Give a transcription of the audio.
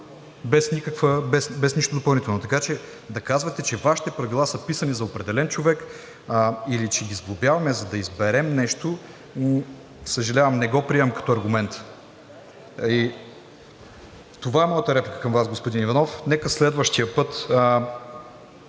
без нищо допълнително. Така че да казвате, че Вашите правила са писани за определен човек или че ги сглобяваме, за да изберем нещо, съжалявам, не го приемам като аргумент. Това е моята реплика към Вас, господин Иванов. Нека следващия път